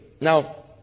Now